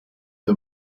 der